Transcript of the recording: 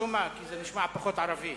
כי זה נשמע פחות ערבי.